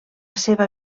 seva